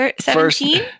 Seventeen